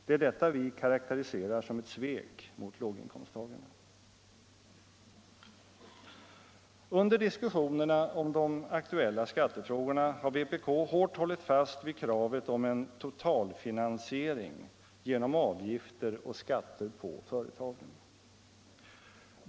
Det är detta vi karakteriserar som ett svek mot låginkomsttagarna. Under diskussionerna om de aktuella skattefrågorna har vpk hårt hållit fast vid kravet om en totalfinansiering genom avgifter och skatter på företagen.